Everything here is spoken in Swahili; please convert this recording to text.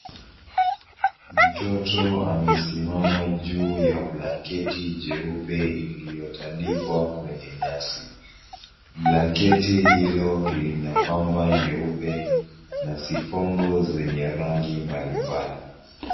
Mtoto amesimama juu ya blanketi jeupe iliyotandikwa kwenye nyasi. Blanketi hilo lina pamba nyeupe na sifongo zenye rangi mbalimbali.